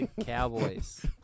Cowboys